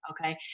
okay